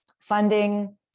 funding